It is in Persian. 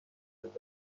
امروز